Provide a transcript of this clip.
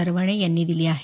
नरवणे यांनी दिली आहे